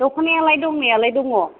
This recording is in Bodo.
दखनायालाय दंनाया दङ